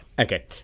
Okay